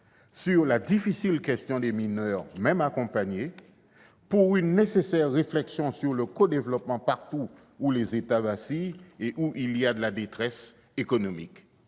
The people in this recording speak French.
; la difficile question des mineurs, même accompagnés ; la nécessaire réflexion sur le codéveloppement partout où les États vacillent et où il y a de la détresse économique